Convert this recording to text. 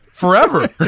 forever